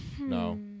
No